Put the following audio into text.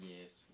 Yes